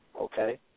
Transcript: okay